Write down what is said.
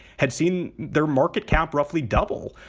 had seen their market cap roughly double.